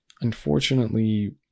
unfortunately